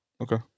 Okay